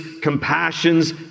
compassions